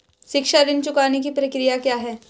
शिक्षा ऋण चुकाने की प्रक्रिया क्या है?